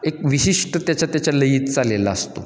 एक विशिष्ट त्याचा त्याच्या लयीत चालेला असतो